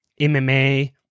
MMA